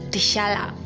Tishala